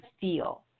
feel